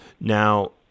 Now